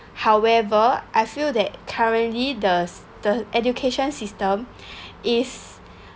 however I feel that currently does the education system is